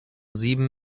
sieben